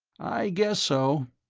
i guess so.